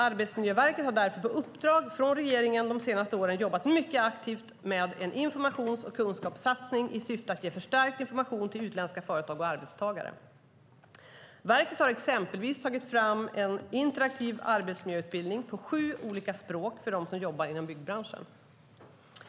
Arbetsmiljöverket har därför på uppdrag från regeringen de senaste åren jobbat mycket aktivt med en informations och kunskapssatsning i syfte att ge förstärkt information till utländska företag och arbetstagare. Verket har exempelvis tagit fram en interaktiv arbetsmiljöutbildning på sju olika språk för dem som jobbar inom byggbranschen.